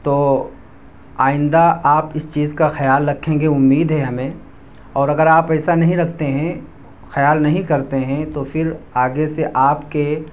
تو آئندہ آپ اس چیز کا خیال رکھیں گے امید ہے ہمیں اور اگر آپ ایسا نہیں رکھتے ہیں خیال نہیں کرتے ہیں تو پھر آگے سے آپ کے